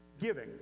giving